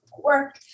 work